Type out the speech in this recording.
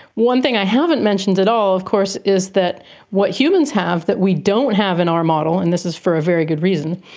one thing i haven't mentioned at all of course is that what humans have that we don't have in our model, and this is for a very good reason,